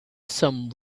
some